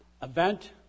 Event